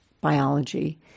biology